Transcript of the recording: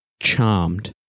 charmed